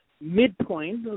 midpoint